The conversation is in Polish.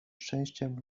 szczęściem